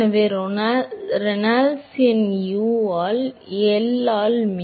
எனவே ரேனால்ட்ஸ் எண் U ஆல் எல் ஆல் மு